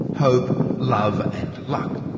hope, love and luck.